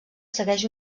segueix